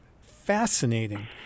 fascinating